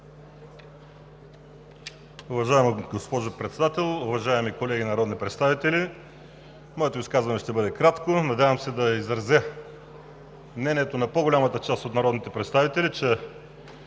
Уважаема госпожо Председател, уважаеми колеги народни представители! Моето изказване ще бъде кратко. Надявам се да изразя мнението на по-голямата част от народните представители, че